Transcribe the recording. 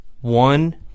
one